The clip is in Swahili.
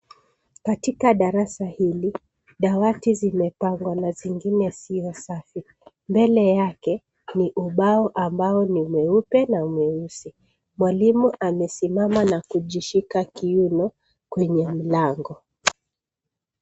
Katika darasa hili dawati zimepangwa na zingine sio safi mbele yake ni ubao ambao ni mweupe na mweusi mwalimu amesimama na kujishika kiuno kwenye mlango